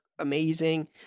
amazing